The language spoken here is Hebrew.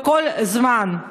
בכל זמן.